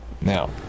Now